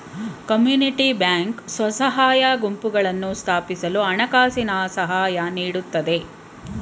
community bank ಸ್ವಸಹಾಯ ಗುಂಪುಗಳನ್ನು ಸ್ಥಾಪಿಸಲು ಹಣಕಾಸಿನ ಸಹಾಯ ನೀಡುತ್ತೆ